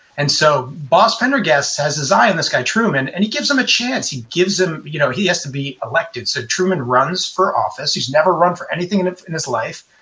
and so boss pendergast has his eye on this guy truman, and he gives him a chance. he gives him, you know, he has to be elected. so truman runs for office. he's never run for anything in ah in his life,